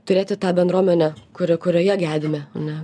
turėti tą bendruomenę kuri kurioje gedime ane